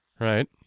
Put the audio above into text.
Right